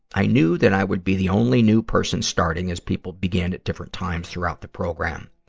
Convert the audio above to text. i knew that i would be the only new person starting, as people began at different times throughout the program.